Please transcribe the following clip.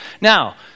Now